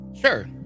Sure